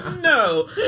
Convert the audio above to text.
No